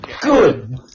Good